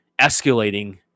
escalating